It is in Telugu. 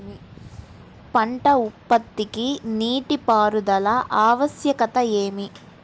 పంట ఉత్పత్తికి నీటిపారుదల ఆవశ్యకత ఏమి?